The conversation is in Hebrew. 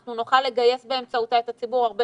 אנחנו נוכל לגייס באמצעותה את הציבור הרבה